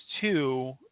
two